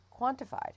quantified